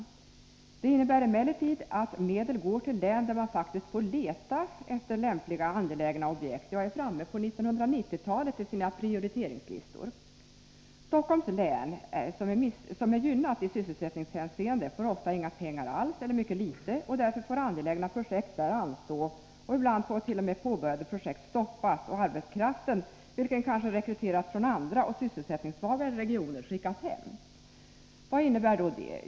Detta innebär emellertid att medel går till län där man faktiskt fårleta efter lämpliga, angelägna objekt. Ja, där man är framme på 1990-talet i sina prioriteringslistor. Stockholms län, som är gynnat i sysselsättningshänseende, får ofta inga pengar alls — eller mycket litet — och därför får angelägna projekt där anstå. Ibland får t.o.m. påbörjade projekt stoppas och arbetskraften, vilken kanske rekryterats från andra och sysselsättningssvagare regioner, skickas hem. Vad innebär då detta?